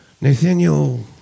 Nathaniel